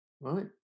right